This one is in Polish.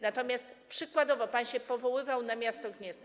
Natomiast przykładowo pan się powoływał na miasto Gniezno.